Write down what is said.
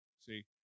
See